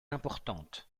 importantes